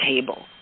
table